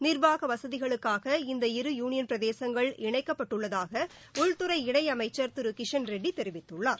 நிர்வாக வசதிகளுக்காக இந்த இரு யூனியன் பிரதேசங்கள் இணைக்கப்பட்டுள்ளதாக உள்துறை இணையமைச்சர் திரு கிஷன் ரெட்டி தெரிவித்துள்ளார்